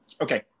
Okay